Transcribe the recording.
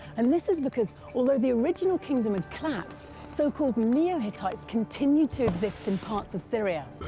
and this is because, although the original kingdom had collapsed, so-called neo-hittites continued to exist in parts of syria,